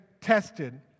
tested